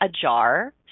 ajar